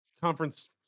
conference